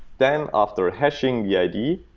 then, after ah hashing the i d,